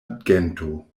gento